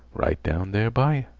right down there by